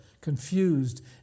confused